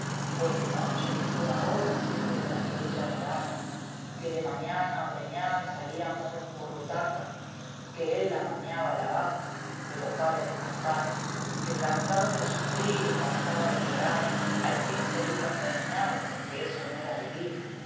pues de noche y a toda hora siempre tras de ella lloraba que de mañana a ordeñar salía muy currutaca que él le maniaba la vaca pero pare de contar que cansado de sufrir y cansado de llorar m fin se iba a envenenar porque eso no era vivir